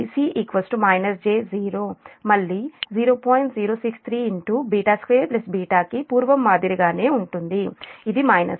063β2 β కి పూర్వం మాదిరిగానే ఉంటుంది ఇది 1